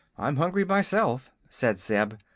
i'm hungry myself, said zeb.